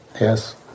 yes